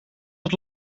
het